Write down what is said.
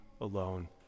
alone